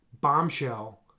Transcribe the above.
Bombshell